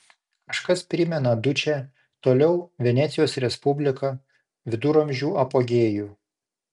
kažkas primena dučę toliau venecijos respubliką viduramžių apogėjų